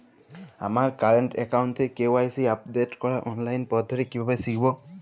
আমার কারেন্ট অ্যাকাউন্টের KYC update করার অনলাইন পদ্ধতি কীভাবে শিখব?